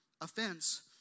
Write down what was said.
offense